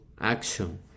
action